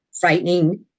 frightening